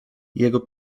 jego